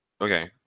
Okay